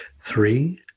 Three